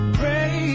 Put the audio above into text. pray